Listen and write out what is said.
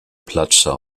plaza